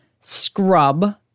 scrub